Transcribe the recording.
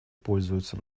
пользуется